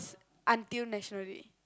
until National Day